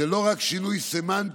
זה לא רק שינוי סמנטי,